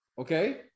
Okay